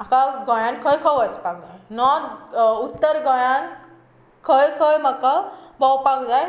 तुका गोंयांत खंय खंय वचपाक जाय नोर्थ उत्तर गोंयांत खंय खंय म्हाका भोंवपाक जाय